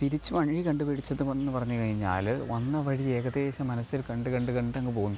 തിരിച്ചു വഴി കണ്ടു പിടിച്ചത് വന്നു പറഞ്ഞു കഴിഞ്ഞാൽ വന്ന വഴി ഏകദേശം മനസ്സിൽ കണ്ടു കണ്ടു കണ്ടങ്ങ് പോന്നു